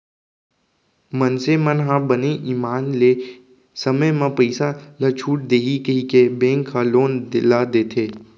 मइनसे मन ह बने ईमान ले समे म पइसा ल छूट देही कहिके बेंक ह लोन ल देथे